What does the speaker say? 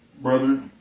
brother